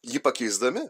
jį pakeisdami